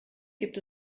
gibt